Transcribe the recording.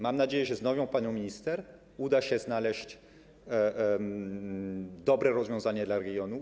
Mam nadzieję, że z nową panią minister uda się znaleźć dobre rozwiązanie dla rejonu.